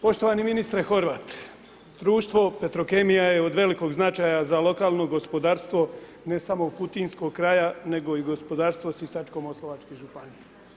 Poštovani ministre Horvat društvo Petrokemija je od velikog značaja za lokalno gospodarstvo ne samo kutinskog kraja nego i gospodarstvo Sisačko-moslavačke županije.